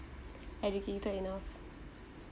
educated enough